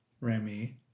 Remy